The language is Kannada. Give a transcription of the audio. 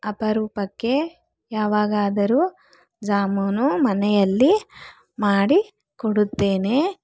ಅಪರೂಪಕ್ಕೆ ಯಾವಾಗಾದರು ಜಾಮೂನು ಮನೆಯಲ್ಲಿ ಮಾಡಿ ಕೊಡುತ್ತೇನೆ